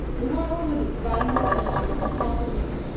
the world, with its violent adventures and tall policemen,